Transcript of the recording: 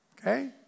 okay